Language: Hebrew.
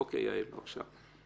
אוקיי, יעל, בבקשה.